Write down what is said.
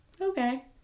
okay